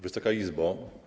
Wysoka Izbo!